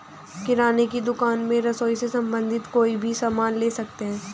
किराने की दुकान में रसोई से संबंधित कोई भी सामान ले सकते हैं